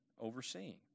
overseeing